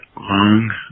long